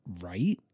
Right